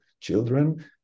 children